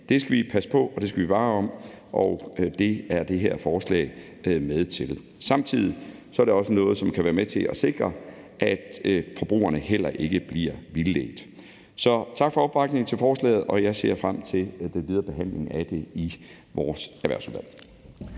Det skal vi passe på, og det skal vi tage vare om, og det er det her forslag med til. Samtidig er det også noget, som kan være med til at sikre, at forbrugerne heller ikke bliver vildledt. Så tak for opbakningen til forslaget. Jeg ser frem til den videre behandling af det i vores Erhvervsudvalg.